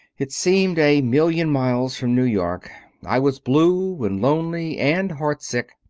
it seemed a million miles from new york. i was blue and lonely and heart-sick.